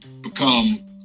become